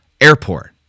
Airport